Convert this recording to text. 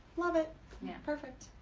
love it yeah perfect!